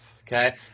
okay